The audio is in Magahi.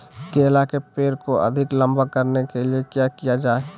केला के पेड़ को अधिक लंबा करने के लिए किया किया जाए?